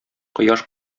кояш